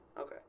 Okay